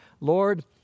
Lord